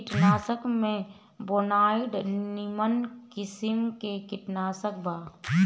कीटनाशक में बोनाइड निमन किसिम के कीटनाशक बा